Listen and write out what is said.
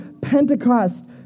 Pentecost